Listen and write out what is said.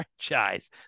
franchise